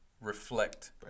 reflect